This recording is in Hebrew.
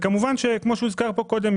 כמו שהוזכר פה קודם,